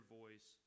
voice